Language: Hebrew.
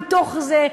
מתוך זה,